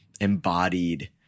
embodied